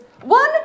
one